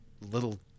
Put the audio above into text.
little